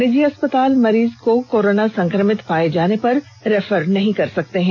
निजी अस्पताल मरीज को कोरोना संक्रमित पाए जाने पर रेफर नहीं कर सकते हैं